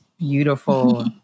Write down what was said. Beautiful